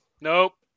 Nope